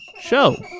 show